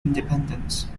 independence